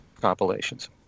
compilations